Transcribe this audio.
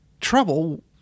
trouble